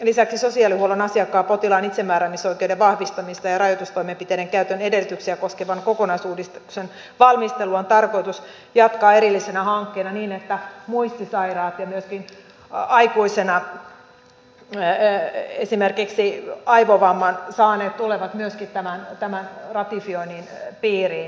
lisäksi sosiaalihuollon asiakkaan potilaan itsemääräämisoikeuden vahvistamista ja rajoitustoimenpiteiden käytön edellytyksiä koskevan kokonaisuudistuksen valmistelua on tarkoitus jatkaa erillisenä hankkeena niin että myöskin muistisairaat ja esimerkiksi aikuisena aivovamman saaneet tulevat tämän ratifioinnin piiriin